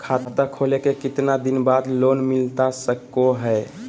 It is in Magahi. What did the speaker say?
खाता खोले के कितना दिन बाद लोन मिलता सको है?